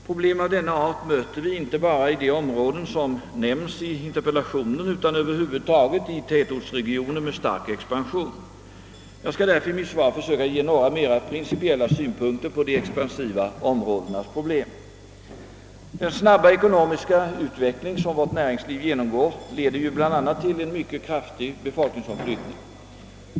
Problem av denna art möter vi inte bara i de områden som nämns i interpellationen utan över huvud taget i tätortsregioner med stark expansion. Jag skall därför i mitt svar försöka ge några mera principiella synpunkter på de expansiva områdenas problem. Den snabba ekonomiska utveckling, som vårt näringsliv genomgår, leder ju bl.a. till en mycket kraftig befolkningsomflyttning.